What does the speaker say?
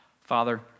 Father